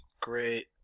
Great